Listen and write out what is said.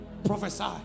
Prophesy